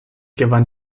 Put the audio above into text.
gewann